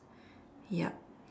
yup